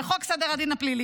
בחוק סדר הפלילי,